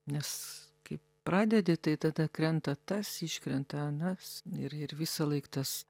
nes kai pradedi tai tada krenta tas iškrenta anas ir ir visąlaik tas